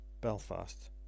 Belfast